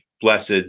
blessed